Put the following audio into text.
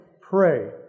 pray